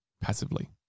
passively